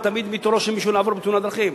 תמיד תורו של מישהו לעבור תאונת דרכים.